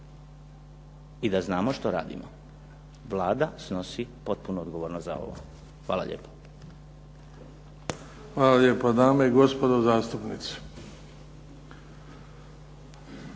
i da znamo što radimo. Vlada snosi potpunu odgovornost za ovo. Hvala lijepa. **Bebić, Luka (HDZ)** Hvala lijepa. Dame i gospodo zastupnici,